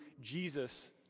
Jesus